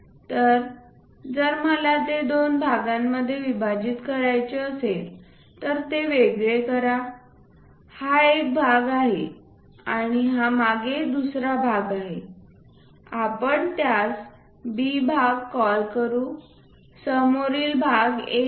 तर जर मला ते दोन भागांमध्ये विभाजित करायचे असेल तर ते वेगळे करा हा एक भाग आहे आणि हा मागे दुसरा भाग आहे आपण त्यास B भाग कॉल करू समोरील भाग A आहे